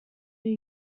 new